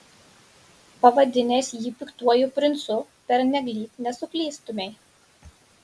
pavadinęs jį piktuoju princu pernelyg nesuklystumei